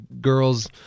girls